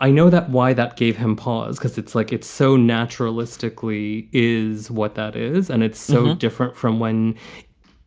i know that why that gave him pause, because it's like it's so naturalistically is what that is. and it's so different from when